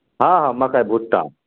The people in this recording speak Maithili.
हॅंं हॅं मकइ भुट्टा